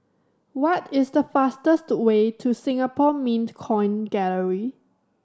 what is the fastest way to Singapore Mint Coin Gallery